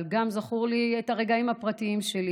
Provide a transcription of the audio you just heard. אבל זכורים לי גם הרגעים הפרטיים שלי.